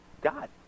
God